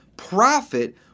profit